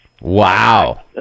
Wow